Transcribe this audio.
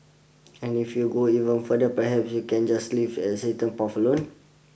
and if you go even further perhaps you can just leave existing paths alone